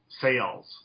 sales